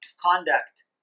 conduct